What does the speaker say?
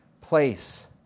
place